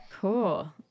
Cool